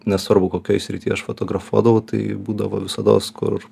nesvarbu kokioj srity aš fotografuodavau tai būdavo visados kur